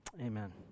amen